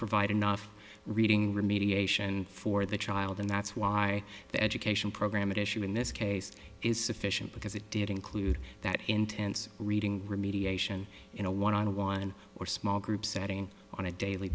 provide enough reading remediation for the child and that's why the education program at issue in this case is sufficient because it did include that intense reading remediation in a one on one or small group setting on a daily